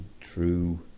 true